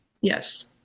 Yes